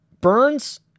Burns